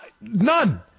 None